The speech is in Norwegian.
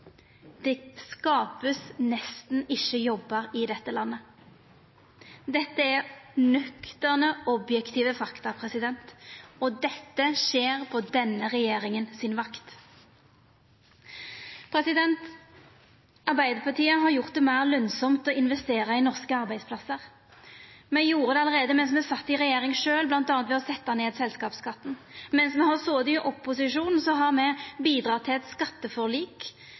Det vert nesten ikkje skapt jobbar i dette landet. Dette er nøkterne, objektive fakta, og dette skjer på vakta til denne regjeringa. Arbeidarpartiet har gjort det meir lønsamt å investera i norske arbeidsplassar. Me gjorde det allereie då me sjølve sat i regjering, bl.a. ved å setja ned selskapsskatten. Medan me har sete i opposisjon, har me bidratt til eit skatteforlik